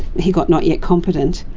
he got not yet competent,